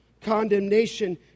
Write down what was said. Condemnation